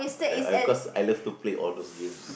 I I cause I love to play all those games